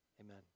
Amen